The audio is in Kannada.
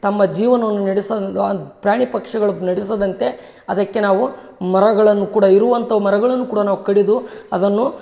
ತಮ್ಮ ಜೀವನವನ್ನು ನಡೆಸ ಪ್ರಾಣಿ ಪಕ್ಷಿಗಳು ನಡೆಸದಂತೆ ಅದಕ್ಕೆ ನಾವು ಮರಗಳನ್ನು ಕೂಡ ಇರುವಂಥವು ಮರಗಳನ್ನು ಕೂಡ ನಾವು ಕಡಿದು ಅದನ್ನು